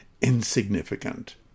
insignificant